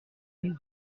mille